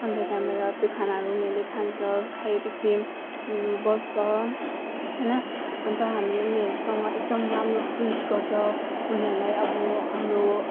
अन्त त्यहाँबाट त्यो खानाहरू उनीहरूले खान्छ खाएपछि बस्छ होइन अन्त हामी उनीहरूसँग एकदम राम्रो ट्रिट गर्छ उनीहरूलाई अब हाम्रो